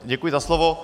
Děkuji za slovo.